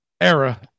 era